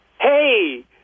hey